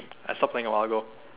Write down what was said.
I stop playing a while ago